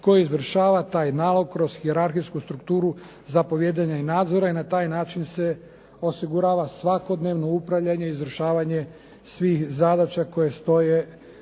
koji izvršava taj nalog kroz hijerarhijsku strukturu zapovijedanja i nadzora i na taj način se osigurava svakodnevno upravljanje i izvršavanje svih zadaća koje stoje